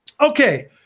Okay